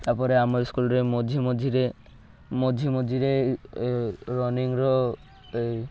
ତା'ପରେ ଆମ ସ୍କୁଲ୍ରେ ମଝି ମଝିରେ ମଝି ମଝିରେ ରନିଙ୍ଗ୍ର ଏ